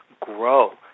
grow